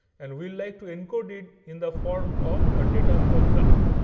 and we like to encode it in the form of a data flow graph.